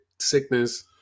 sickness